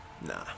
nah